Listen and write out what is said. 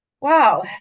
wow